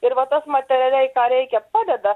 ir va tas materialiai ką reikia padeda